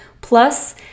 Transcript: plus